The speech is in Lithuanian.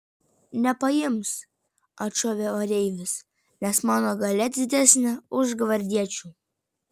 nepaims atšovė oreivis nes mano galia didesnė už gvardiečių